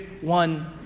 one